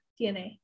DNA